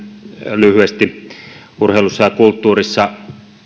lyhyesti urheilussa ja kulttuurissa